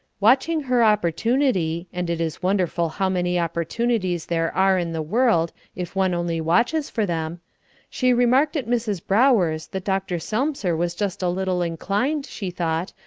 watching her opportunity and it is wonderful how many opportunities there are in the world, if one only watches for them she remarked at mrs. brower's that dr. selmser was just a little inclined, she thought,